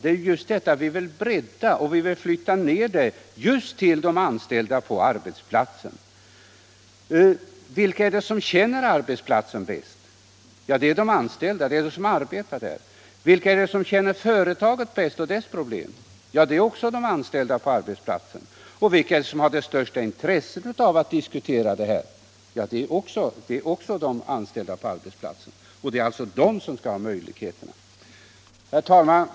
Det är just medinflytandet som vi vill bredda och flytta ned till de anställda på arbetsplatsen. Vilka är det som känner arbetsplatsen bäst? Det är de anställda, de som arbetar där. Vilka är det som känner företaget och dess problem bäst? Det är också de anställda på arbetsplatsen. Och vilka är det som har det största intresset av att diskutera företagets problem? Det är också de anställda på arbetsplatsen. Det är alltså de som skall ha möjligheterna. Herr talman!